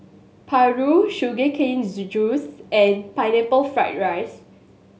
Paru Sugar Cane Juice and Pineapple Fried rice